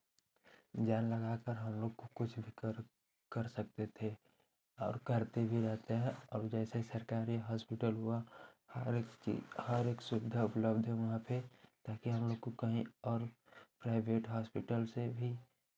जान लगा कर हम लोग को कुछ भी कर कर सकते थे और करते भी रहते हैं अब जैसे सरकारी हॉस्पिटल हुआ हरेक चीज़ हरेक सुविधा उपलब्ध है वहाँ पे ताकि हम लोग को कहीं और प्राइभेट हॉस्पिटल से भी